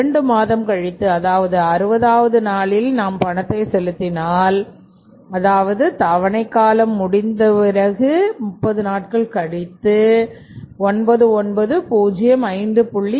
இரண்டு மாதங்கள் கழித்து அதாவது 60வது நாளில் நாம் பணத்தைச் செலுத்தினால் அதாவது தவணை காலம் முடிந்து 30 நாட்கள் கழித்து 9905